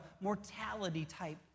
mortality-type